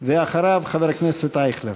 אחריו, חבר הכנסת אייכלר.